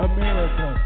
America